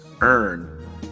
earn